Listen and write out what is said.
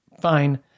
fine